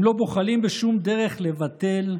הם לא בוחלים בשום דרך לבטל,